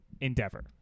endeavor